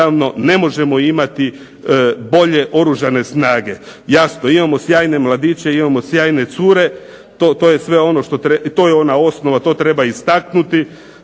ne možemo imati bolje Oružane snage. Jasno, imamo sjajne mladiće, imamo sjajne cure i to je ona osnova, to treba istaknuti.